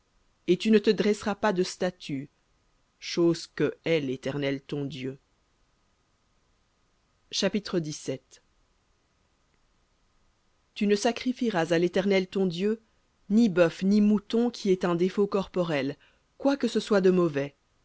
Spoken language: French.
et tu ne te dresseras pas de statue que hait l'éternel ton dieu chapitre tu ne sacrifieras à l'éternel ton dieu ni bœuf ni mouton qui ait un défaut corporel quoi que ce soit de mauvais